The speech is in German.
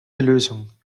lösung